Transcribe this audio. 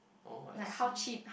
oh I see